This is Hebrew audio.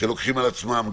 שלוקחים על עצמם.